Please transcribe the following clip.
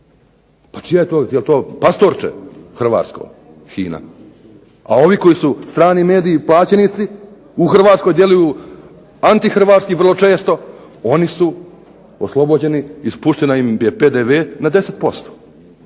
šta je ovo! Pa jel' to pastorče hrvatsko, HINA? A ovi koji su strani mediji, plaćenici u Hrvatskoj djeluju anti hrvatski vrlo često oni su oslobođeni i spušten im je PDV na 10%.